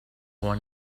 one